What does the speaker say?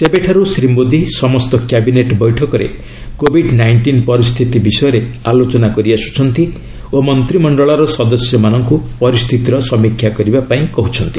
ସେବେଠାରୁ ଶ୍ରୀ ମୋଦୀ ସମସ୍ତ କ୍ୟାବିନେଟ୍ ବୈଠକରେ କୋବିଡ୍ ନାଇଷ୍ଟିନ୍ ପରିସ୍ଥିତି ବିଷୟରେ ଆଲୋଚନା କରିଆସ୍କୁଛନ୍ତି ଓ ମନ୍ତ୍ରିମଣ୍ଡଳର ସଦସ୍ୟମାନଙ୍କ ପରିସ୍ଥିତିର ସମୀକ୍ଷା କରିବା ପାଇଁ କହ୍ୱଚ୍ଚନ୍ତି